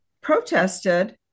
protested